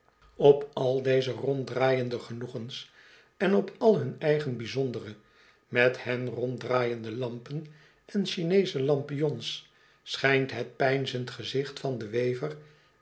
op al deze ronddraaiende genoegens en op hun eigen bijzondere met hen ronddraaiende lampen en cbineesche lampions schijnt het peinzend gezicht van den wever